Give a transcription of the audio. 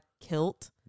kilt